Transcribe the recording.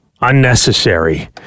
unnecessary